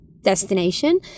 destination